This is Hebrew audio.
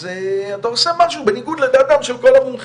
אז אתה עושה משהו בניגוד לדעתם של כל המומחים.